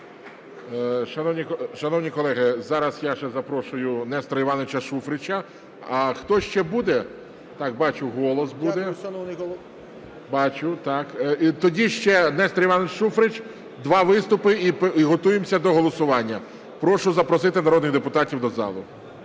Шановні колеги, зараз я ще запрошую Нестора Івановича Шуфрича. А хтось ще буде? Так, бачу "Голос" буде. Бачу, так. Тоді ще Нестор Іванович Шуфрич, два виступи і готуємося до голосування. Прошу запросити народних депутатів до залу.